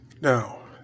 Now